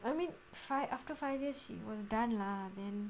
I mean five after five years she was done lah then